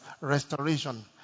restoration